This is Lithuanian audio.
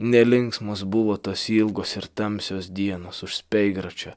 nelinksmos buvo tos ilgos ir tamsios dienos už speigračio